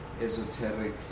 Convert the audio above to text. esoteric